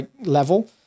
level